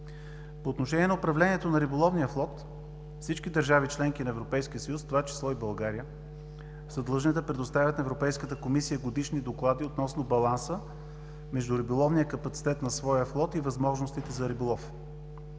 По отношение на управлението на риболовния флот, всички държави – членки на Европейския съюз, в това число и България са длъжни да предоставят на Европейската комисия годишни доклади относно баланса между риболовния капацитет на своя флот и възможностите за риболов.